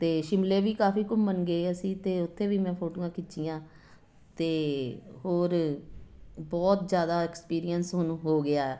ਅਤੇ ਸ਼ਿਮਲੇ ਵੀ ਕਾਫੀ ਘੁੰਮਣ ਗਏ ਅਸੀਂ ਅਤੇ ਉੱਥੇ ਵੀ ਮੈਂ ਫੋਟੋਆਂ ਖਿੱਚੀਆਂ ਅਤੇ ਹੋਰ ਬਹੁਤ ਜ਼ਿਆਦਾ ਐਕਸਪੀਰੀਅੰਸ ਹੁਣ ਹੋ ਗਿਆ